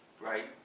right